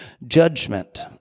Judgment